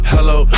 Hello